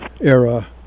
era